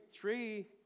three